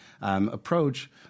approach